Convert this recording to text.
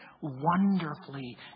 wonderfully